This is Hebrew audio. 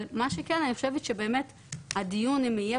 אבל מה שכן אני חושבת שבאמת הדיון אם יהיה